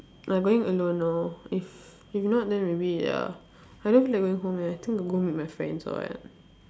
I'm going alone lor if if not then maybe uh I don't feel like going home eh I think I go meet my friends or what